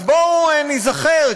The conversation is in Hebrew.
אז בואו ניזכר.